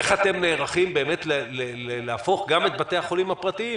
איך אתם נערכים להפוך גם את בתי החולים הפרטיים